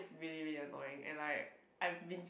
really really annoying and like I've been